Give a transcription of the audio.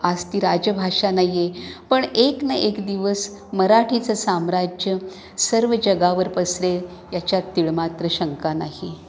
आज ती राज्यभाषा नाही आहे पण एक न एक दिवस मराठीचं साम्राज्य सर्व जगावर पसरेल याच्यात तिळमात्र शंका नाही आहे